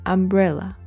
Umbrella